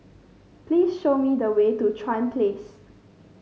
please show me the way to Chuan Place